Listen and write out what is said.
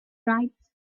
writes